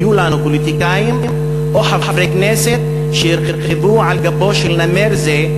פוליטיקאים או חברי כנסת שירכבו על גבו של נמר זה,